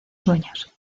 sueños